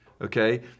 okay